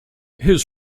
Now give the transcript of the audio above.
his